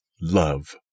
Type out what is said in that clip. Love